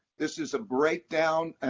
this is a breakdown, and